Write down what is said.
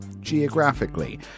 geographically